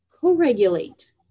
co-regulate